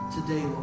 Today